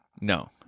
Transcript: No